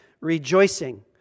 rejoicing